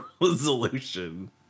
resolution